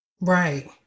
Right